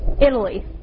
Italy